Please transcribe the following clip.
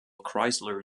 chrysler